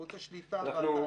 הוא רוצה שליטה --- אורי,